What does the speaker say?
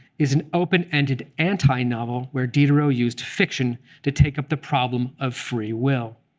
is an open-ended antinovel where diderot used fiction to take up the problem of free will.